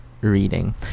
reading